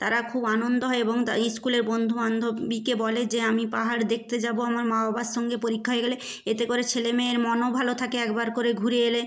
তারা খুব আনন্দ হয় এবং তা স্কুলের বন্ধু বান্ধবীকে বলে যে আমি পাহাড় দেখতে যাব আমার মা বাবার সঙ্গে পরীক্ষা হয়ে গেলে এতে করে ছেলে মেয়ের মনও ভালো থাকে একবার করে ঘুরে এলে